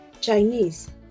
Chinese